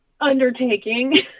undertaking